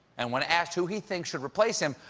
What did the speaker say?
and when asked who he thinks should replace him,